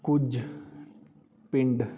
ਕੁਝ ਪਿੰਡ